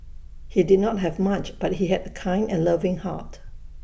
he did not have much but he had A kind and loving heart